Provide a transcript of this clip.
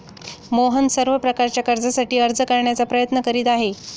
मोहन सर्व प्रकारच्या कर्जासाठी अर्ज करण्याचा प्रयत्न करीत आहे